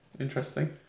Interesting